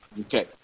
Okay